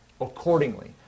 accordingly